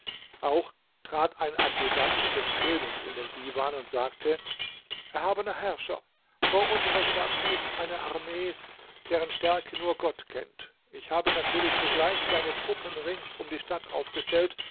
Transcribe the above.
auch trat ein adjutant des königs in den diwan und sagte erhabener herrscher vor unserer stadt liegt eine armee deren stärke nur gott kennt ich habe natürlich sogleich deine truppen rings um die stadt aufgestellt